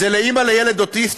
זה לאימא לילד אוטיסט,